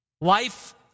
life